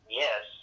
yes